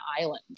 Island